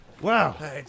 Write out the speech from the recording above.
Wow